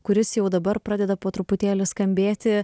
kuris jau dabar pradeda po truputėlį skambėti